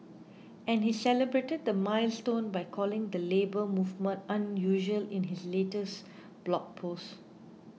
and he celebrated the milestone by calling the Labour Movement unusual in his latest blog post